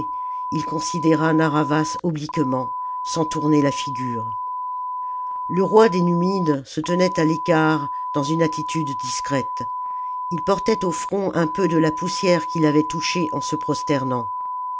il considéra narr'havas obliquement sans tourner la figure le roi des numides se tenait à l'écart dans une attitude discrète il portait au front un peu de la poussière qu'il avait touchée en se